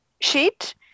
sheet